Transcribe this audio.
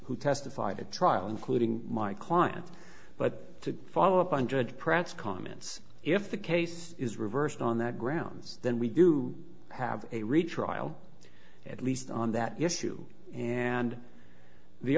who testified at trial including my client but to follow up on judge pratt's comments if the case is reversed on that grounds then we do have a retrial at least on that yes to and the